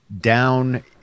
down